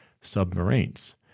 submarines